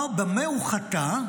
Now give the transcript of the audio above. במה הוא חטא?